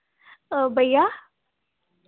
भैया